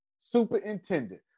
superintendent